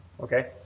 Okay